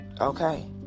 Okay